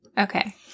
Okay